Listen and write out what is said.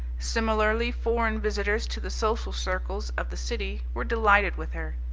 similarly foreign visitors to the social circles of the city were delighted with her.